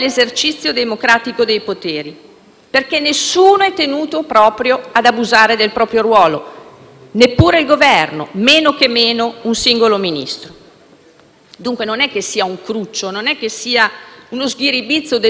neppure il Governo e men che meno un singolo Ministro. Dunque, non si tratta di un cruccio o uno schiribizzo dell'uno o dell'altro magistrato. Il tribunale di Catania non sta facendo altro che il proprio dovere: